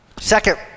Second